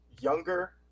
younger